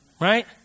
right